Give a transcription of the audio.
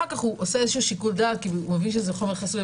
אחר כך הוא עושה איזשהו שיקול דעת כי הוא מבין שזה חומר חסוי.